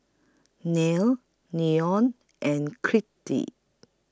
Nia Leonor and Crete